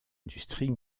industrie